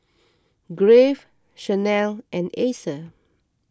Crave Chanel and Acer